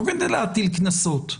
לא כדי להטיל קנסות,